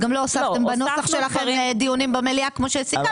לא הוספתם גם בנוסח שלכם דיונים במליאה כמו שסיכמנו,